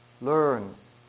learns